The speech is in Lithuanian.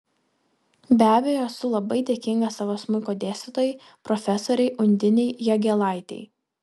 be abejo esu labai dėkinga savo smuiko dėstytojai profesorei undinei jagėlaitei